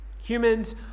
Humans